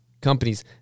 companies